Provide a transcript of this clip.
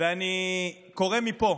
אני קורא מפה